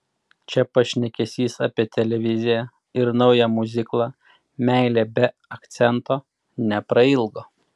čia pašnekesys apie televiziją ir naują miuziklą meilė be akcento neprailgo